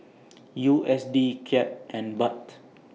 U S D Kyat and Baht